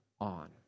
on